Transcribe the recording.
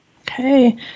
Okay